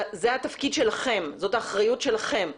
זה התפקיד שלכם, זאת האחראיות שלכם.